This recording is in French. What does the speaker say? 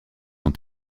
ont